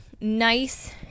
nice